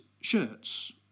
shirts